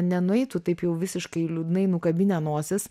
nenueitų taip jau visiškai liūdnai nukabinę nosis